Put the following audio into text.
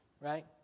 right